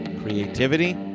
Creativity